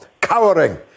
Cowering